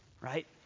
right